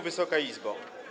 Wysoka Izbo!